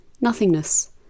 nothingness